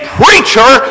preacher